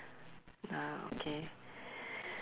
ah okay